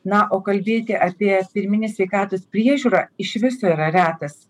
na o kalbėti apie pirminę sveikatos priežiūrą iš viso yra retas